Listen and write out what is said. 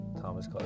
Thomas